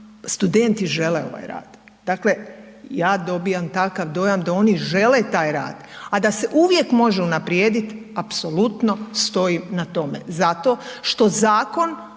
studenti žele ovaj rad. Dakle, ja dobivam takav dojam da oni žele taj rad, a da se uvijek može unaprijed apsolutno stojim na tome. Zato što zakon